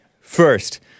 first